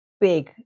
big